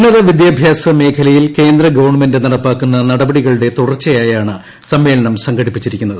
ഉന്നത വിദ്യാഭ്യാസ മേഖലയിൽ കേന്ദ്ര ഗവൺമെന്റ് നടപ്പാക്കുന്ന നടപടികളുടെ തുടർച്ചയായാണ് സമ്മേളനം സംഘടിപ്പിച്ചിരിക്കുന്നത്